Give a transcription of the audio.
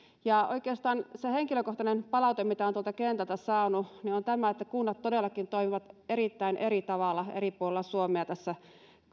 oikeastaan se henkilökohtainen palaute mitä olen tuolta kentältä saanut on tämä että kunnat todellakin toimivat erittäin eri tavalla eri puolilla suomea tässä